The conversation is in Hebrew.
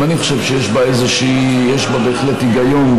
גם אני חושב שיש בה בהחלט היגיון,